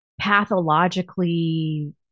pathologically